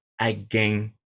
again